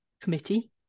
committee